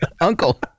Uncle